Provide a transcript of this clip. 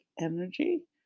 energy